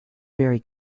very